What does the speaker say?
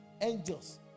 angels